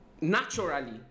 naturally